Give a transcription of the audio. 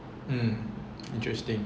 mm interesting